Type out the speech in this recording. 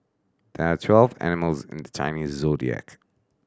there are twelve animals in the Chinese Zodiac